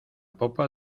popa